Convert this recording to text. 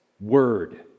word